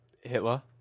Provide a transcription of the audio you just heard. Hitler